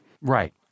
Right